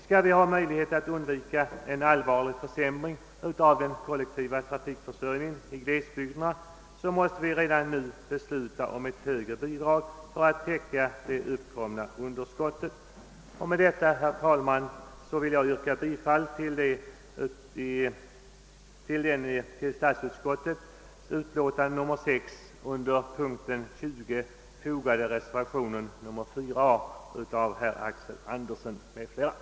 Skall vi ha möjlighet att undvika en allvarlig försämring av den kollektiva trafikförsörjningen i glesbygderna måste vi redan nu besluta om ett högre bidrag för att täcka de uppkomna underskotten. Herr talman! Med det anförda ber jag att få yrka bifall till den vid statsut